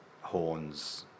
horns